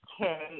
Okay